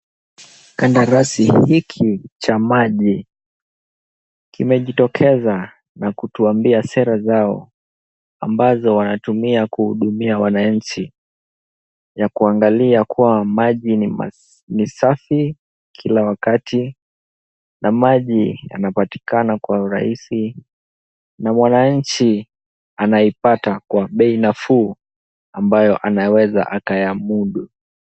Kandarasi hiki cha maji kimejitokeza na kutwambia sera zao ambazo wanatumia kuhudumia wananchi ya kuangalia kuwa maji ni safi kila wakati na maji yanapatikana kwa urahisi na mwananchi anaipata kwa bei nafuu ambayo anaweza akayamudu.